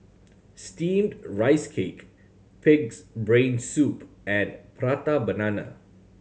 Steamed Rice Cake Pig's Brain Soup and Prata Banana